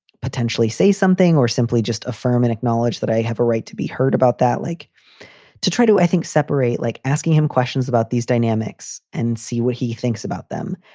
potentially say something or simply just affirm and acknowledge that i have a right to be heard about that, like to try to, i think, separate, like asking him questions about these dynamics and see what he thinks about them.